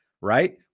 right